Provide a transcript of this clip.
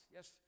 Yes